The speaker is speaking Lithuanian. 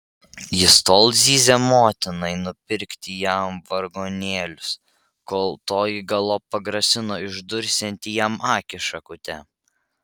jis tol zyzė motinai nupirkti jam vargonėlius kol toji galop pagrasino išdursianti jam akį šakute